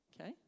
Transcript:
okay